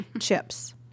Chips